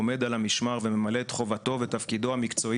עומד על המשמר וממלא את חובתו המקצועית